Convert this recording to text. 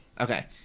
Okay